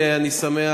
אני שמח,